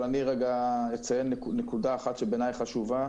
אבל אני אציין נקודה אחת שהיא בעיני חשובה.